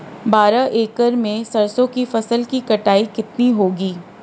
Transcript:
बारह एकड़ में सरसों की फसल की कटाई कितनी होगी?